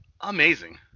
amazing